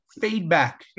feedback